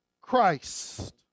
Christ